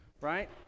right